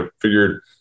figured